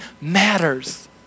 matters